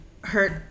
hurt